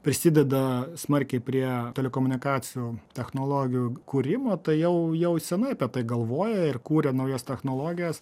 prisideda smarkiai prie telekomunikacijų technologijų kūrimo tai jau jau senai apie tai galvoja ir kuria naujas technologijas